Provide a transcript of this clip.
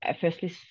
Firstly